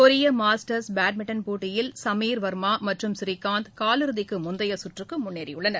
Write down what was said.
கொரிய masters badminton போட்டியில் சமீர் வர்மா மற்றும் புரீனந்த் காலிறுதிக்கு முந்தைய சுற்றுக்கு முன்னேறியுள்ளனர்